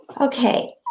Okay